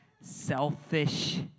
selfish